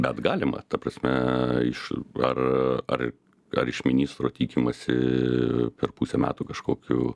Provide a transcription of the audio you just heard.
bet galima ta prasme iš ar ar ar iš ministro tikimasi per pusę metų kažkokių